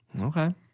Okay